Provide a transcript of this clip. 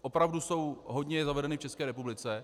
Opravdu jsou hodně zavedeny v České republice.